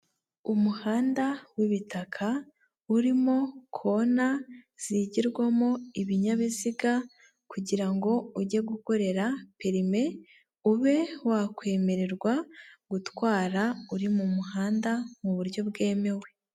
Umuhanda w'ibitaka urimo kona zigirwamo ibinyabiziga, kugira ngo ujye gukorera perime, ube wakwemererwa gutwara uri mu muhanda mu buryo bwemewe.